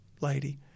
lady